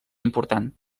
important